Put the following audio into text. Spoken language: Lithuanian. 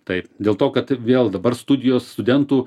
taip dėl to kad vėl dabar studijos studentų